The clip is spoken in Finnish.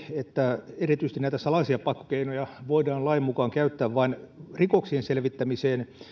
että erityisesti näitä salaisia pakkokeinoja voidaan lain mukaan käyttää vain rikoksien selvittämiseen